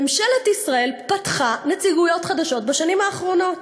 ממשלת ישראל פתחה נציגויות חדשות בשנים האחרונות.